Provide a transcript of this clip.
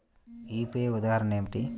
UPI ఉదాహరణ ఏమిటి?